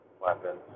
Weapons